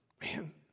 Man